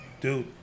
Dude